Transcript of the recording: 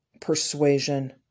persuasion